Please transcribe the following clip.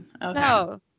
No